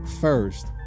first